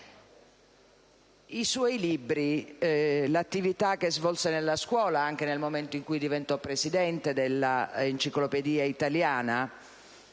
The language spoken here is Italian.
I suoi libri e l'attività che svolse nella scuola, anche nel momento in cui diventò presidente dell'Enciclopedia Italiana,